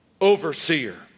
overseer